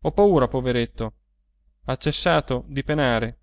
ho paura poveretto ha cessato di penare